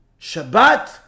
Shabbat